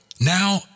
Now